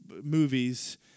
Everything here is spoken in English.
movies